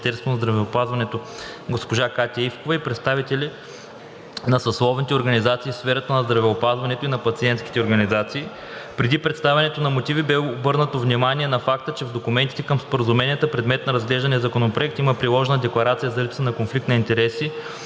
на здравеопазването госпожа Катя Ивкова и представители на съсловните организации в сферата на здравеопазването и на пациентските организации. Преди представянето на мотивите беше обърнато внимание на факта, че в документите към споразуменията, предмет на разглеждания законопроект, има приложена декларация за липса на конфликт на интереси